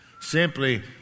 Simply